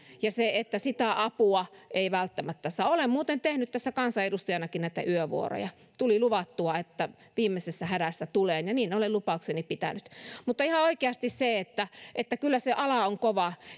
ja sitä apua ei välttämättä saa olen muuten tehnyt tässä kansanedustajanakin näitä yövuoroja tuli luvattua että viimeisessä hädässä tulen ja niin olen lupaukseni pitänyt mutta ihan oikeasti kyllä se ala on kova